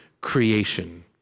creation